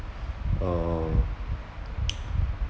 uh